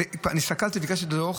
אני הסתכלתי וביקשתי את הדוח.